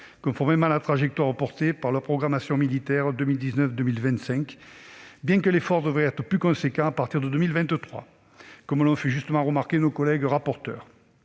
conformément à la trajectoire tracée par la loi de programmation militaire 2019-2025, même si l'effort devrait être plus important à partir de 2023, comme l'ont fait justement remarquer les rapporteurs